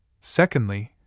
Secondly